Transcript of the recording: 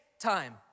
time